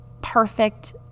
perfect